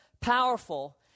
powerful